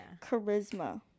charisma